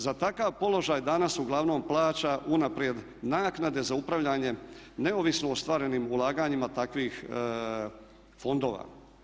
Za takav položaj danas uglavnom plaća unaprijed naknade za upravljanje neovisno ostvarenim ulaganjima takvih fondova.